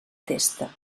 testa